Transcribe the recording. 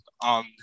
on